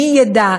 מי ידע?